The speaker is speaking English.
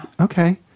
okay